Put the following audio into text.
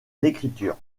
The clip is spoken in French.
l’écriture